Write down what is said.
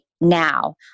now